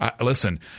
Listen